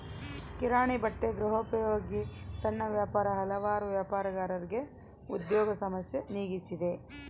ಕಿರಾಣಿ ಬಟ್ಟೆ ಗೃಹೋಪಯೋಗಿ ಸಣ್ಣ ವ್ಯಾಪಾರ ಹಲವಾರು ವ್ಯಾಪಾರಗಾರರಿಗೆ ಉದ್ಯೋಗ ಸಮಸ್ಯೆ ನೀಗಿಸಿದೆ